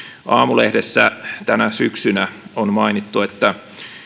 aamulehdessä on tänä syksynä mainittu että